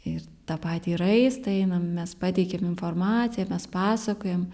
ir į tą patį raistą einam mes pateikiam informaciją mes pasakojam